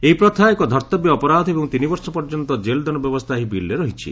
ଏହି ପ୍ରଥା ଏକ ଧର୍ଭବ୍ୟ ଅପରାଧ ଏବଂ ତିନିବର୍ଷ ପର୍ଯ୍ୟନ୍ତ ଜେଲଦଣ୍ଡ ବ୍ୟବସ୍ଥା ଏହି ବିଲ୍ରେ ରହିଛି